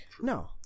No